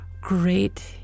great